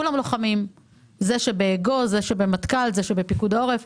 זה שבאגוז, זה שבמטכ"ל, זה שבפיקוד העורף.